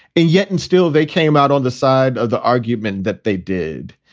and yet and still, they came out on the side of the argument that they did.